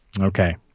Okay